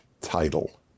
title